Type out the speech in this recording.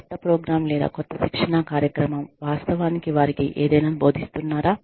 క్రొత్త ప్రోగ్రామ్ లేదా క్రొత్త శిక్షణా కార్యక్రమం వాస్తవానికి వారికి ఏదైనా బోధిస్తున్నారా